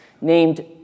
named